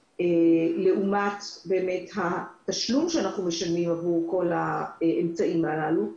לעומת התשלום שאנחנו משלמים עבור כל האמצעים הללו.